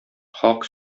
хак